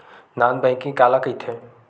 Non banking काला कइथे?